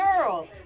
girl